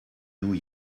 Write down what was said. nous